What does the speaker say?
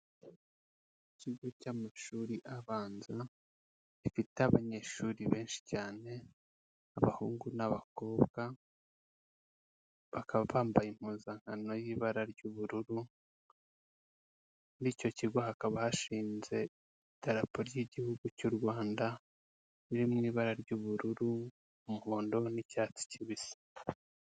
Ikigo cy'amashuri abanza gifite abanyeshuri benshi cyane abahungu n'abakobwa, bakaba bambaye impuzankano y'ibara ry'ubururu muri icyo kigo hakaba hashinze itapo ry'igihugu cy'u Rwanda riri mu ibara ry'ubururu, umuhondo n'icyatsi kibisi.